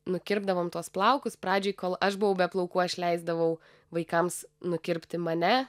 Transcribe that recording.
nukirpdavom tuos plaukus pradžioj kol aš buvau be plaukų aš leisdavau vaikams nukirpti mane